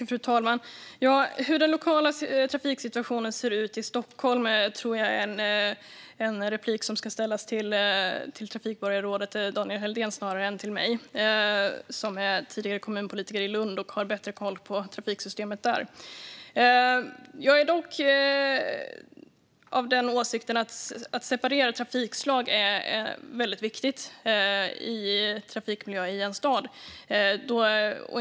Fru talman! Hur den lokala trafiksituationen ser ut i Stockholm tror jag är en fråga som ska ställas till trafikborgarrådet Daniel Helldén snarare än till mig, som är tidigare kommunpolitiker i Lund och som har bättre koll på trafiksystemet där. Jag är dock av den åsikten att det är viktigt att separera trafikslagen i trafikmiljön i en stad.